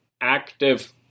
active